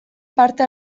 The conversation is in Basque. parte